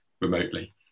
remotely